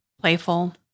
playful